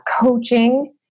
coaching